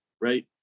right